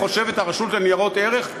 חושבת הרשות לניירות ערך,